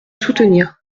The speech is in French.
soutenir